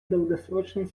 долгосрочной